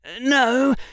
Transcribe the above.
No